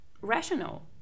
rational